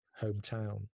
hometown